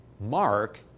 Mark